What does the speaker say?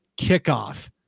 kickoff